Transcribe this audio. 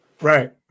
right